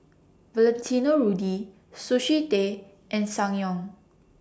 Valentino Rudy Sushi Tei and Ssangyong